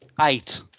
eight